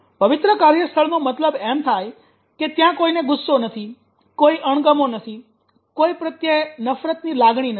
પવિત્ર કાર્યસ્થળનો મતલબ એમ થાય કે ત્યાં કોઈને ગુસ્સો નથી કોઈ અણગમો નથી કોઈ પ્રત્યે નફરતની લાગણી નથી